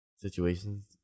Situations